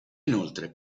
inoltre